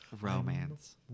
Romance